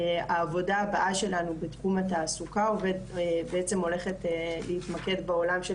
העבודה הבאה שלנו בתחום התעסוקה בעצם הולכת להתמקד בעולם של